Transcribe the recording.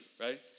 right